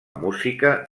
música